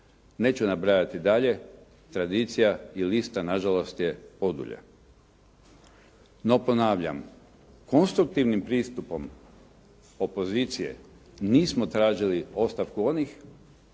Neću nabrajati dalje. Tradicija i lista nažalost je podulja. No ponavljam, konstruktivnim pristupom opozicije nismo tražili ostavku onih